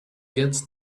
gets